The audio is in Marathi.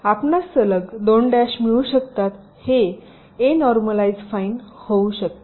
तर आपणास सलग दोन डॅश मिळू शकतात हे अ नॉर्मलाइझ फाईन होऊ शकते